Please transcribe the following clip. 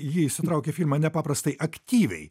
ji įsitraukė į filmą nepaprastai aktyviai